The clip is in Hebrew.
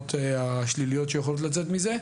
לתופעות השליליות שיכולות לצאת מזה,